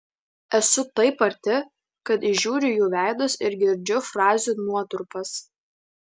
esu taip arti kad įžiūriu jų veidus ir girdžiu frazių nuotrupas